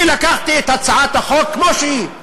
לקחתי את הצעת החוק כמו שהיא.